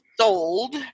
sold